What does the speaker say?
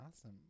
awesome